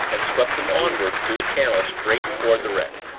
and swept them onward through the channel straight toward the wreck.